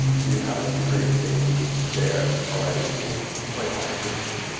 so you have this degree of safety there already because it's quite hard to get to.